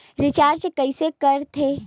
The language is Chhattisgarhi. रिचार्ज कइसे कर थे?